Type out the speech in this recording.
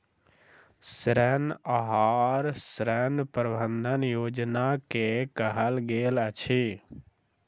ऋण आहार, ऋण प्रबंधन योजना के कहल गेल अछि